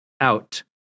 out